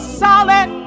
solid